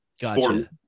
Gotcha